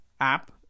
app